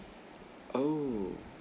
oo